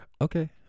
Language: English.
Okay